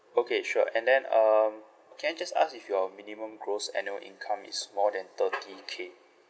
okay sure and then um can I just ask if your minimum gross annual income is more than thirty K